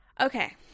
Okay